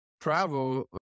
travel